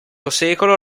secolo